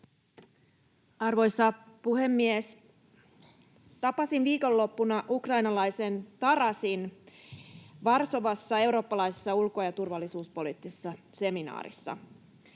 Arvoisa puhemies! Tapasin viikonloppuna ukrainalaisen Tarasin Varsovassa eurooppalaisessa ulko- ja turvallisuuspoliittisessa seminaarissa.